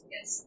Yes